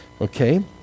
okay